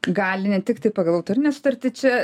gali netikti pagal autorinę sutartį čia